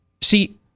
see